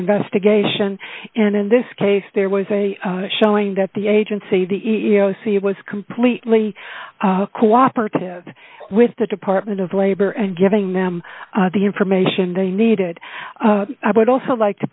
investigation and in this case there was a showing that the agency the e e o c was completely co operative with the department of labor and giving them the information they needed i would also like to